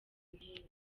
intere